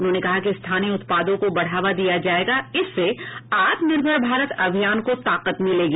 उन्होंने कहा कि स्थानीय उत्पादों को बढ़ावा दिया जायेगा आत्मनिर्भर भारत अभियान को ताकत मिलेगी